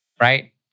right